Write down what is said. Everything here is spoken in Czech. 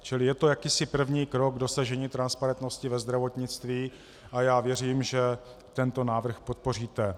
Čili je to jakýsi první krok k dosažení transparentnosti ve zdravotnictví a já věřím, že tento návrh podpoříte.